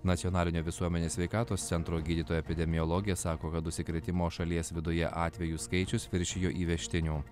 nacionalinio visuomenės sveikatos centro gydytoja epidemiologė sako kad užsikrėtimo šalies viduje atvejų skaičius viršijo įvežtinių